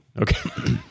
okay